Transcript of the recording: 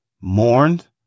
mourned